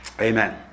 Amen